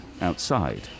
outside